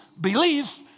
belief